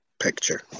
Picture